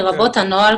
לרבות הנוהל,